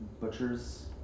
Butchers